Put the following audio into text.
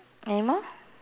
anymore